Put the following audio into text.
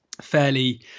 fairly